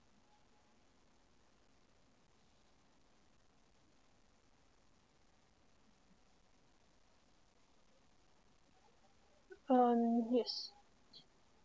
uh yes